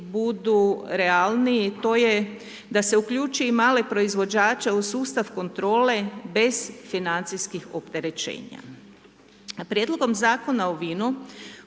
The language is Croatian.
budu realniji to je da se uključi i male proizvođače u sustav kontrole bez financijskih opterećenja. Prijedlogom Zakona o vinu